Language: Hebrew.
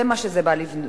זה מה שזה בא למנוע.